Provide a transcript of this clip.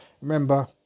remember